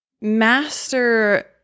master